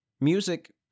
Music